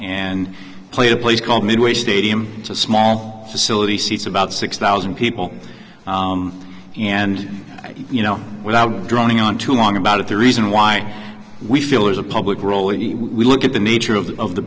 and played a place called midway stadium it's a small facility seats about six thousand people and you know without droning on too long about it the reason why we feel is a public role as we look at the nature of the of the